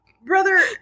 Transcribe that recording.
brother